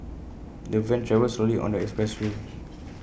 the van travelled slowly on the expressway